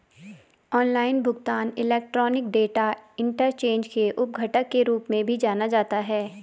online भुगतान electronic data interchange के उप घटक के रूप में भी जाना जाता है